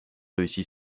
réussi